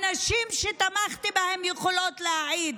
הנשים שתמכתי בהן יכולות להעיד,